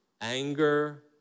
anger